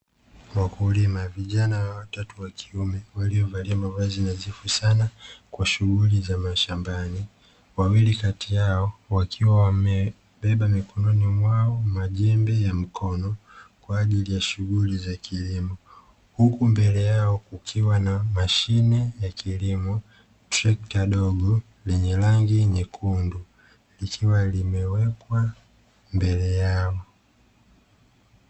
Wakulima vijana watatu wakiume waliovalia mavazi nadhifu sana, kwa shughuli za mashambani, wawili kati yao wakiwa wamebeba mikononi mwao majembe ya mkono kwa ajili ya shughuli za kilimo, huku mbele yao kukiwa na mashine ya kilimo, trekta dogo lenye rangi nyekundu likiwa limewekwa mbele yao.